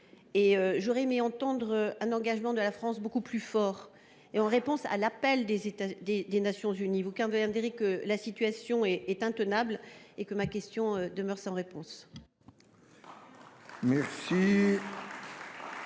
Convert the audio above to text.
j’aurais aimé entendre un engagement de la France bien plus fort, en réponse à l’appel des Nations unies. Convenez en, la situation est intenable et ma question demeure sans réponse.